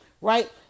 right